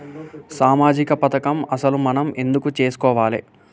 సామాజిక పథకం అసలు మనం ఎందుకు చేస్కోవాలే?